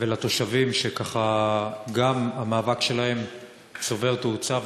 ולתושבים שככה גם המאבק שלהם צובר תאוצה,